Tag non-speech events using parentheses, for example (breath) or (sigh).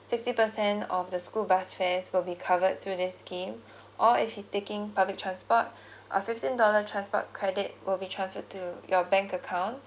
sixty percent of the school bus fares will be covered through this scheme (breath) or if he taking public transport (breath) a fifteen dollar transport credit will be transferred to your bank account